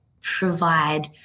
provide